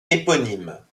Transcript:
éponyme